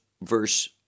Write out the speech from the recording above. verse